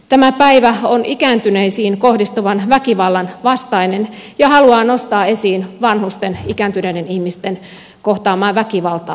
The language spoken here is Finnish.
tämä päivä on ikääntyneisiin kohdistuvan väkivallan vastainen ja haluaa nostaa esiin vanhusten ikääntyneiden ihmisten kohtaamaa väkivaltaa ja kaltoinkohtelua